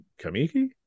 Kamiki